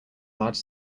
large